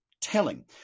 telling